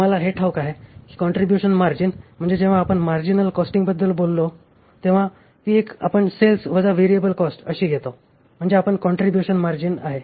आम्हाला हे ठाऊक आहे की काँट्रीब्युशन मार्जिन म्हणजे जेव्हा आपण मार्जिनल कॉस्टिंगबद्दल बोललो होतो तेव्हा ती आपण सेल्स वजा व्हेरिएबल कॉस्ट अशी घेतो म्हणजे हा काँट्रीब्युशन मार्जिन आहे